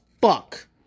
fuck